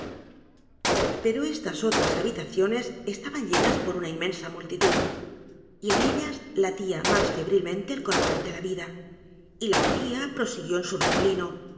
o estas otras habitaciones estaban llenas p o r u ñ a inmensa multitud y en ellas latía más febrilmente el corazón de la vida y la orgía prosiguió en su remolino